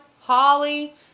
Holly